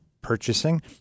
purchasing